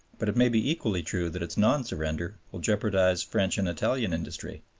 but it may be equally true that its non-surrender will jeopardize french and italian industry.